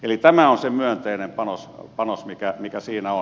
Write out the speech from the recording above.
eli tämä on se myönteinen panos mikä siinä on